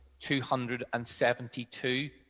272